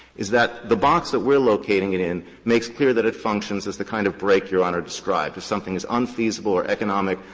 is that the box that we're locating it in makes clear that it functions as the kind of break your honor described. if something is unfeasible or economic,